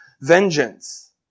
vengeance